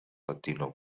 latino